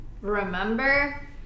remember